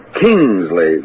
Kingsley